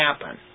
happen